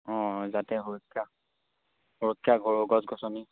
অঁ যাতে সুৰক্ষা সুৰক্ষা গৰু গছ গছনি